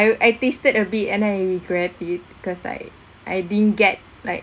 I I tasted a bit and I regret it cause like I didn't get like